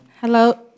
Hello